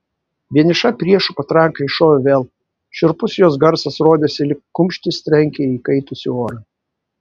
vieniša priešų patranka iššovė vėl šiurpus jos garsas rodėsi lyg kumštis trenkia į įkaitusį orą